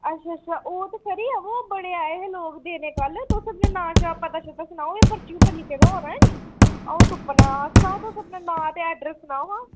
अच्छा अच्छा ओह् ते खरी ऐ बा ओह् बड़े आए हे लोक देने ई कल्ल तुस इ'यां नांऽ शां पता शता सनाओ पर्ची उप्पर लिखे दा होना नी अ'ऊं तुप्पना सनाओ तुस अपना नांऽ ते ऐड्रैस सनाओ हां